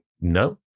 No